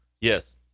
Yes